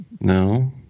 No